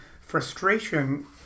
frustration